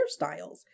hairstyles